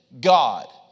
God